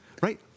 Right